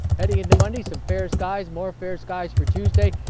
heading into monday, some fair skies, more fair skies for tuesday,